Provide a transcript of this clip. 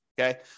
Okay